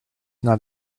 not